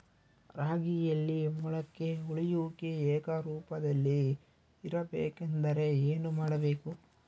ರಾಗಿಯಲ್ಲಿ ಮೊಳಕೆ ಒಡೆಯುವಿಕೆ ಏಕರೂಪದಲ್ಲಿ ಇರಬೇಕೆಂದರೆ ಏನು ಮಾಡಬೇಕು?